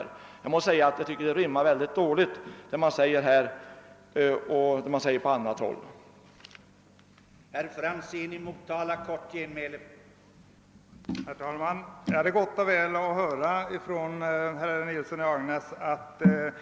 Resonemangen här i kammaren rimmar enligt min mening mycket dåligt med vad som yttras i andra sammanhang.